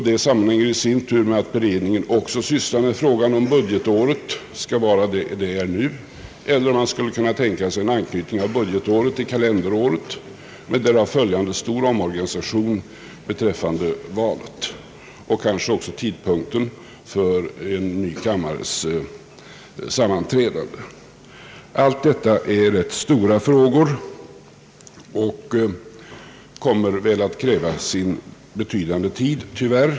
Det sammanhänger i sin tur med att beredningen också överväger om budgetåret skall vara detsamma som nu eller om man skulle kunna tänka sig en anknytning av budgetåret till kalenderåret med därav följande omorganisation av valet och kanske också av tidpunkten för en ny kammares sammanträdande. Allt detta är rätt stora frågor och kommer att kräva betydande tid — tyvärr.